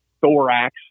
thorax